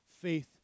faith